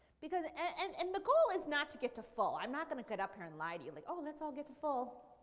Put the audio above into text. and and the goal is not to get to full. i'm not going to get up here and lie to you like, oh, let's all get to full.